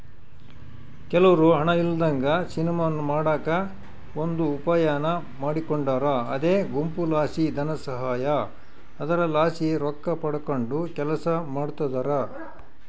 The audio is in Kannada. ಕೆಲವ್ರು ಹಣ ಇಲ್ಲದಂಗ ಸಿನಿಮಾ ಮಾಡಕ ಒಂದು ಉಪಾಯಾನ ಮಾಡಿಕೊಂಡಾರ ಅದೇ ಗುಂಪುಲಾಸಿ ಧನಸಹಾಯ, ಅದರಲಾಸಿ ರೊಕ್ಕಪಡಕಂಡು ಕೆಲಸ ಮಾಡ್ತದರ